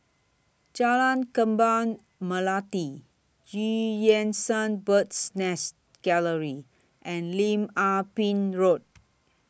Jalan Kembang Melati EU Yan Sang Bird's Nest Gallery and Lim Ah Pin Road